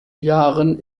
jahren